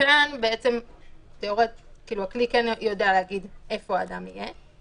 כאן תיאורטית הכלי כן יודע להגיד איפה האדם יהיה,